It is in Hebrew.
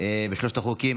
על שלושת החוקים.